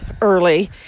early